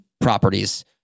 properties